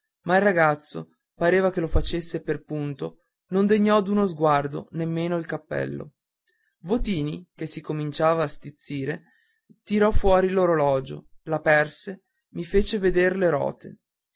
ma il ragazzo pareva che lo facesse per punto non degnò d'uno sguardo nemmeno il cappello votini che si cominciava a stizzire tirò fuori l'orologio l'aperse mi fece veder le rote